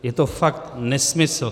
Je to fakt nesmysl.